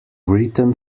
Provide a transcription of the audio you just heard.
written